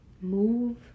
Move